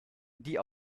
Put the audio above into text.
die